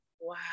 Wow